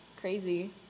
crazy